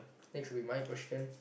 next will be my question